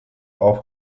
auch